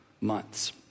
months